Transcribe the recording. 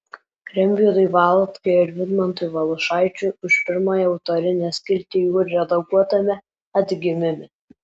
rimvydui valatkai ir vidmantui valiušaičiui už pirmąją autorinę skiltį jų redaguotame atgimime